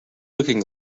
looking